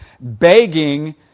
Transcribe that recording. begging